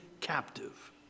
captive